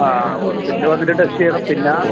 ആ ഹോസ്പിറ്റലിൽ വന്നിട്ട് ടെസ്റ്റ് ചെയ്യണം പിന്നെ